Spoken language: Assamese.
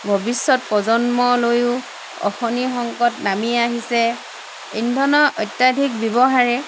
ভৱিষ্যত প্ৰজন্মলৈও অশনি সংকেত নামি আহিছে ইন্ধনৰ অত্যাধিক ব্যৱহাৰ